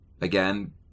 Again